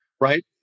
right